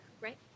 right